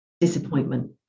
disappointment